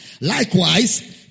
likewise